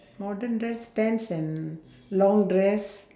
modern dress pants and long dress